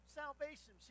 salvation